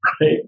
right